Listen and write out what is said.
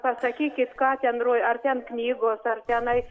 pasakykit ką ten ro ar ten knygos ar tenai